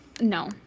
No